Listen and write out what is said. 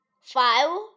five